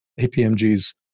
APMG's